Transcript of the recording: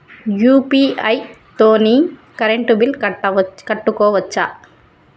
UPI తోని current bill కట్టుకోవచ్ఛా?